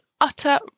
utter